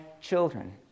children